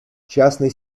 частный